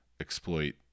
exploit